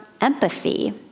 empathy